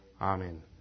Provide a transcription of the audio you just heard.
Amen